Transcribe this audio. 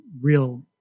real